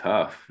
Tough